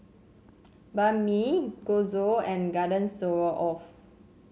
Banh Mi Chorizo and Garden Stroganoff